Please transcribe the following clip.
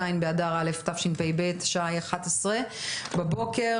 ז' באדר א' תשפ"ב השעה היא 11:00 בבוקר.